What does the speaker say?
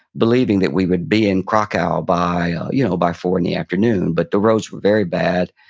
believing that we would be in krakow by, you know, by four in the afternoon, but the roads were very bad,